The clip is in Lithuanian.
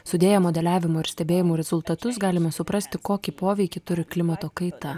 sudėję modeliavimo ir stebėjimų rezultatus galime suprasti kokį poveikį turi klimato kaita